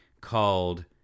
called